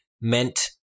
meant